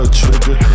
trigger